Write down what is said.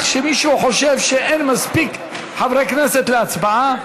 שמישהו חושב שאין מספיק חברי כנסת להצבעה.